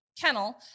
kennel